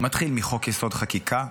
מתחיל מחוק-יסוד: החקיקה,